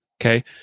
Okay